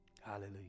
Hallelujah